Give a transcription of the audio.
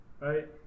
right